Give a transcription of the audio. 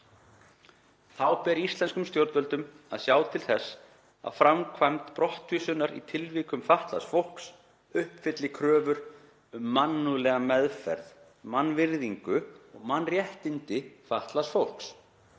Þá ber íslenskum stjórnvöldum að sjá til þess að framkvæmd brottvísunar í tilvikum fatlaðs fólks uppfylli kröfur um mannúðlega meðferð, mannvirðingu og mannréttindi fatlaðs fólks.